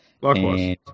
Likewise